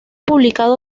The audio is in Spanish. publicado